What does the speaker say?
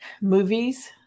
movies